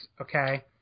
okay